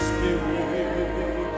Spirit